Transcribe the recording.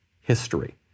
History